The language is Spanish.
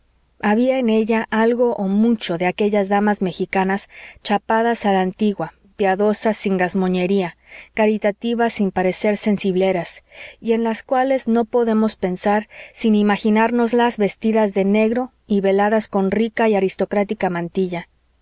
había en ella algo o mucho de aquellas damas mexicanas chapadas a la antigua piadosas sin gazmoñería caritativas sin parecer sensibleras y en las cuales no podemos pensar sin imaginárnoslas vestidas de negro y veladas con rica y aristocrática mantilla